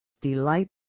Delight